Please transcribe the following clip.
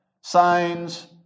Signs